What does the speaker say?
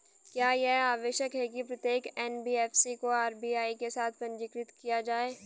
क्या यह आवश्यक है कि प्रत्येक एन.बी.एफ.सी को आर.बी.आई के साथ पंजीकृत किया जाए?